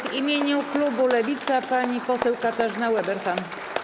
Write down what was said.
W imieniu klubu Lewica pani poseł Katarzyna Ueberhan.